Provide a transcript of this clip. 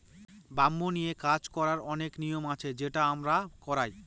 bamboo নিয়ে কাজ করার অনেক নিয়ম আছে সেটা আমরা করায়